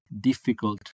difficult